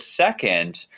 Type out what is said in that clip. second